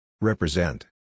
Represent